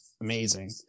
amazing